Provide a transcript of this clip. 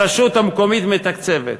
הרשות המקומית מתקצבת.